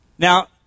Now